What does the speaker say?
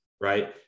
Right